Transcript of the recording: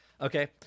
okay